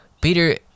peter